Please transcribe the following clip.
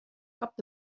kapt